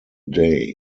day